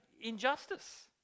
injustice